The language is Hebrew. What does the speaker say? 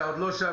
אתה עוד לא שם,